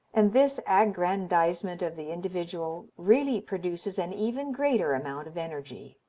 and this aggrandizement of the individual really produces an even greater amount of energy.